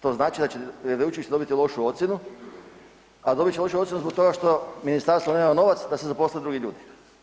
To znači da će veleučilište dobiti lošu ocjenu, a dobit će lošu ocjenu zbog toga što ministarstvo nema novaca da se zaposle drugi ljudi.